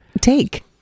take